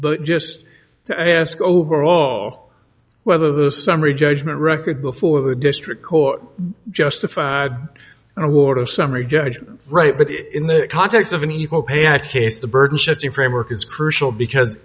but just to ask overall whether the summary judgment record before the district court justify an award of summary judgment right but in the context of an equal pay act case the burden shifting framework is crucial because